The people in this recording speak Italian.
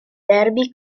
derby